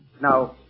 Now